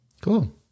Cool